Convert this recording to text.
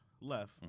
left